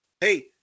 Hey